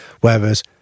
Whereas